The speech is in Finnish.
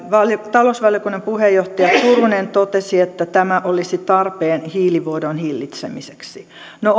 talousvaliokunnan puheenjohtaja turunen totesi että tämä olisi tarpeen hiilivuodon hillitsemiseksi no